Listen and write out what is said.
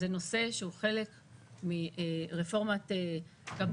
זה נושא שהוא חלק מרפורמת קברניט.